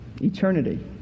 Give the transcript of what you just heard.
eternity